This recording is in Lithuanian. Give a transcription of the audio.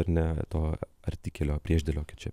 ar ne to artikelio priešdėlio kaip čia